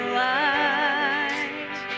light